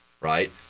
right